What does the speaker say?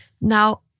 Now